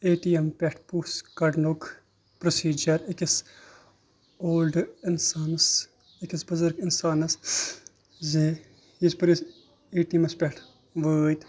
A T M پٮ۪ٹھ پونٛسہٕ کَڑنُک پرٛوسیٖجَر أکِس اولڈٕ اِنسانَس أکِس بُزَرٕگ اِنسانَس زِ یِژ پھِر أسۍ اے ٹی اٮ۪مَس پٮ۪ٹھ وٲتۍ